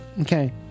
Okay